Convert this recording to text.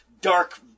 dark